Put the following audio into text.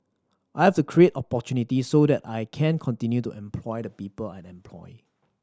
I've the create opportunity so the I can continue to employ the people I employ